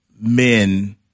men